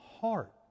heart